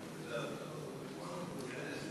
חברי כנסת